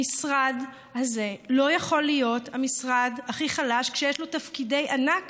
המשרד הזה לא יכול להיות המשרד הכי חלש כשיש לו תפקידי ענק